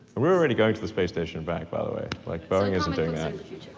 we're already going to the space statin and back, by the way. like boeing isn't doing that.